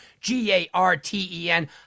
G-A-R-T-E-N